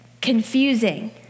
confusing